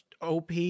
OP